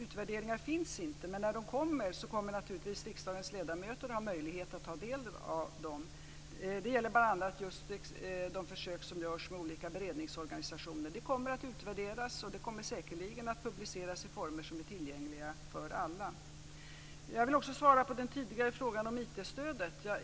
utvärderingar finns ännu inte, men när de kommer kommer riksdagens ledamöter naturligtvis att ha möjlighet att ta del av dem. Det gäller bl.a. just de försök som görs med olika beredningsorganisationer. Det kommer att utvärderas, och det kommer säkerligen att publiceras i former som är tillgängliga för alla. Jag vill också svara på den tidigare frågan om IT stödet.